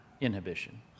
inhibition